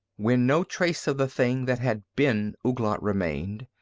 when no trace of the thing that had been ouglat remained,